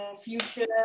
future